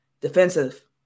defensive